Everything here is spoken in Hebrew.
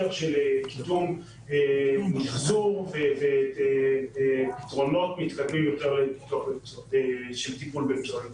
של קידום מחזור ופתרונות מתקדמים יותר של טיפול בפסולת.